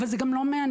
אבל זה גם לא מעניין.